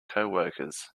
coworkers